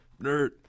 Nerd